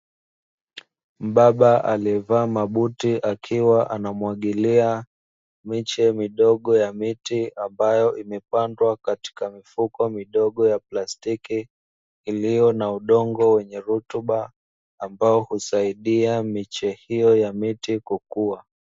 Mbaba aliyevaa mabuti akiwa anamwagilia miche midogo ya miti, ambayo imepandwa katika mifuko midogo ya plastiki iliyo na udongo wenye rutuba ambao husaidia miche hiyo ya miti kukua.